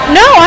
no